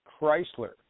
Chrysler